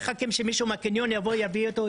ולא מחכים שמישהו מהקניון יבוא לעזור.